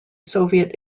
soviet